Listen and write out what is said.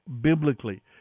biblically